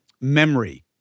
memory